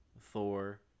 Thor